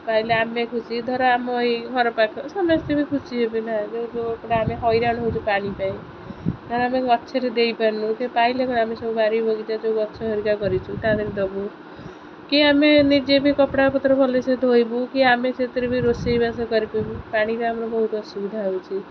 ପାଇଲେ ଆମେ ଖୁସି ଧର ଆମ ଏହି ଘର ପାଖ ସମସ୍ତେ ବି ଖୁସି ହେବେନା ଆମେ ହଇରାଣ ହଉଛୁ ପାଣି ପାଇଁ ଧର ଆମେ ଗଛରେ ଦେଇପାରୁନୁ କି ପାଇଲେ ଆମେ ସବୁ ବାରିବଗିଚା ଯେଉଁ ଗଛ ହରିକା କରିଛୁ ତା'ଦେହରେ ଦେବୁ କି ଆମେ ନିଜେ ବି କପଡ଼ା ପତ୍ର ଭଲସେ ଧୋଇବୁ କି ଆମେ ସେଥିରେ ବି ରୋଷେଇବାସ କରିପାରିବୁ ପାଣିରେ ଆମର ବହୁତ ଅସୁବିଧା ହେଉଛି